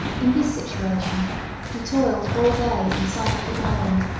in this situation we toiled all day in sight of the island,